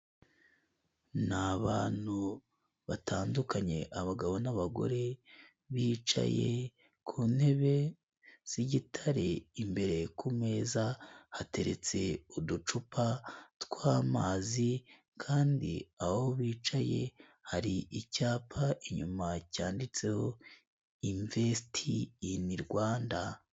Ni abantu batandukanye abagabo n'abagore, bicaye ku ntebe z'igitare imbere ku meza hateretse uducupa tw'amazi, kandi aho bicaye hari icyapa inyuma cyanditseho invesiti ini Rwanda.